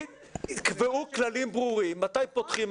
תקבעו כללים ברורים מתי פותחים,